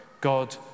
God